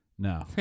No